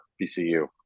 PCU